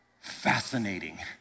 Fascinating